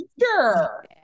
sure